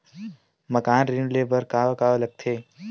मकान ऋण ले बर का का लगथे?